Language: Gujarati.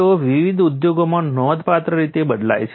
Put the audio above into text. તેઓ વિવિધ ઉદ્યોગોમાં નોંધપાત્ર રીતે બદલાય છે